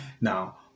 now